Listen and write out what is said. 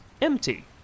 empty